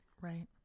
Right